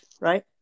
right